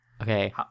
Okay